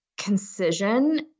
concision